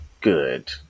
good